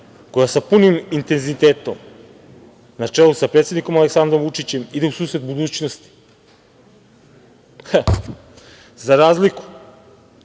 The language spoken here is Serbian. koja sa punim intenzitetom na čelu sa predsednikom Aleksandrom Vučićem ide u susret budućnosti, za razliku